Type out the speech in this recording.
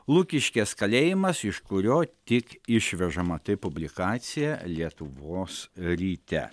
lukiškės kalėjimas iš kurio tik išvežama tai publikacija lietuvos ryte